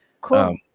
Cool